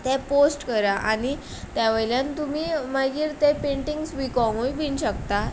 तें पोस्ट करा आनी त्या वयल्यान तुमी मागीर तें पेंटींगस विकोंकय शकता